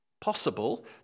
Possible